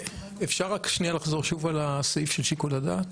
אפשר רק שנייה לחזור שוב על הסעיף של שיקול הדעת